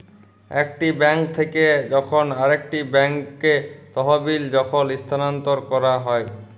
একটি বেঙ্ক থেক্যে যখন আরেকটি ব্যাঙ্কে তহবিল যখল স্থানান্তর ক্যরা হ্যয়